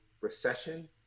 recession